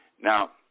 Now